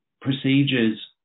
procedures